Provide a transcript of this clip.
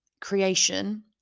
creation